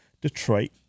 Detroit